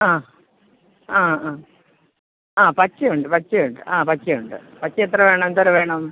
ആ ആ ആ ആ പച്ചയുണ്ട് പച്ചയുണ്ട് ആ പച്ചയുണ്ട് പച്ച എത്ര വേണം എന്തോരം വേണം